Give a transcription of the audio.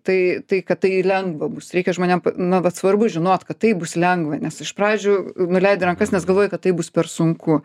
tai tai kad tai lengva bus reikia žmonėm na vat svarbu žinot kad tai bus lengva nes iš pradžių nuleidi rankas nes galvoji kad tai bus per sunku